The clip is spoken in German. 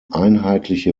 einheitliche